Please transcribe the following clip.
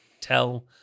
tell